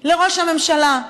לראש הממשלה.